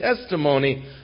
testimony